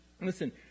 Listen